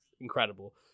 incredible